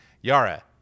Yara